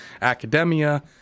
academia